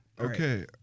Okay